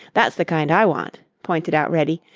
that's the kind i want, pointed out reddy.